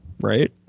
right